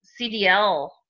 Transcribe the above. CDL